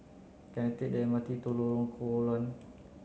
can I take the M R T to Lorong Koon Low